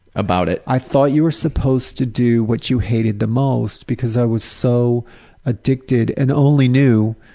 about it. i thought you were supposed to do what you hated the most because i was so addicted and only knew